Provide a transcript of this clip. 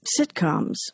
sitcoms